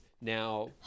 Now